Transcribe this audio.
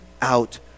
out